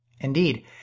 Indeed